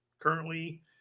currently